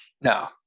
No